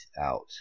out